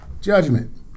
judgment